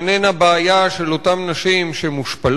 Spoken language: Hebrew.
זו אינה בעיה של אותן נשים שמושפלות,